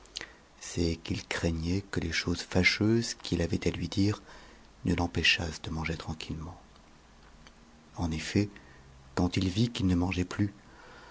c'est qu'il craignait que les choses fâcheuses qu'il avait à lui dire ne t'empêchassent de manger tranquillement en effet quand il vit qu'il ne mangeait plus